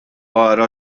ara